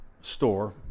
store